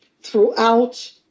throughout